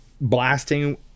blasting